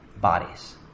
bodies